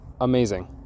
amazing